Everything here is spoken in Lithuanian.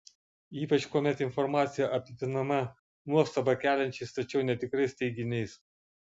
ypač kuomet informacija apipinama nuostabą keliančiais tačiau netikrais teiginiais